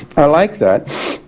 i like that.